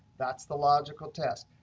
that's the logical test.